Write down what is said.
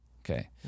Okay